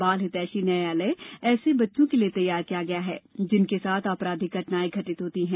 बाल हितैषी न्यायालय ऐसे बच्चों के लिए तैयार किया गया है जिनके साथ आपराधिक घटनाएं घटित होती हैं